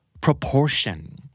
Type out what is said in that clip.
proportion